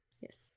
yes